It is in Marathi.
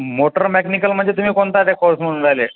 मोटर मेकॅनिकल म्हणजे तुम्ही कोणता ते कोर्स म्हणून राहिले